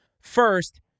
First